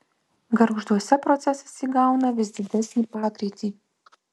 gargžduose procesas įgauna vis didesnį pagreitį